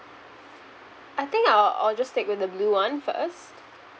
I think I'll I'll just stick with the blue one first